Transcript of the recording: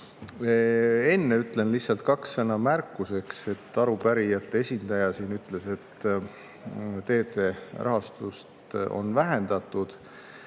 Enne ütlen lihtsalt kaks sõna märkuseks. Arupärijate esindaja ütles, et teede rahastust on vähendatud.